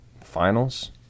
finals